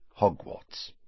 Hogwarts